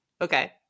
Okay